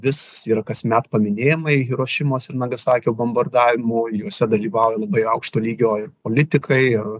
vis yra kasmet paminėjimai hirošimos ir nagasakio bombardavimų juose dalyvauja labai aukšto lygio ir politikai ir